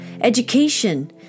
education